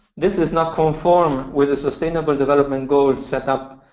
this does not conform with the sustainable development goals set up